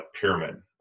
pyramid